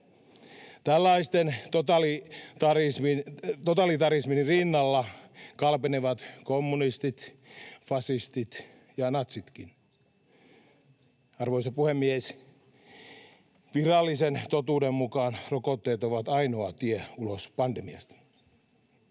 Tällaisen totalitarismin rinnalla kalpenevat kommunistit, fasistit ja natsitkin. Arvoisa puhemies! Virallisen totuuden mukaan rokotteet ovat ainoa tie ulos pandemiasta.